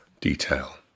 detail